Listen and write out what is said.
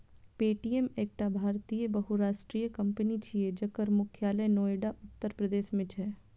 Paytm एकटा भारतीय बहुराष्ट्रीय कंपनी छियै, जकर मुख्यालय नोएडा, उत्तर प्रदेश मे छै